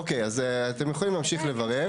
אוקיי, אז אתם יכולים להמשיך לברר.